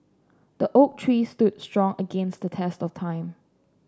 the oak tree stood strong against the test of time